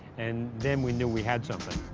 and then we knew we had something.